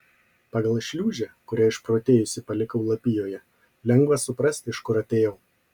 pagal šliūžę kurią išprotėjusi palikau lapijoje lengva suprasti iš kur atėjau